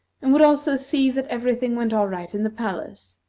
and would also see that every thing went all right in the palace,